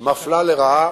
מפלה לרעה.